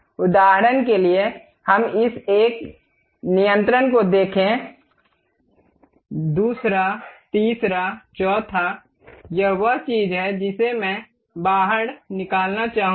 उदाहरण के लिए हम इस एक नियंत्रण को देखें दूसरा तीसरा चौथा यह वह चीज है जिसे मैं बाहर निकालना चाहूंगा